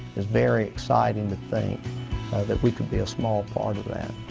is very exciting to think that we could be a small part of that.